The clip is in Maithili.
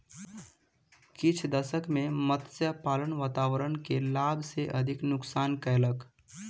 किछ दशक में मत्स्य पालन वातावरण के लाभ सॅ अधिक नुक्सान कयलक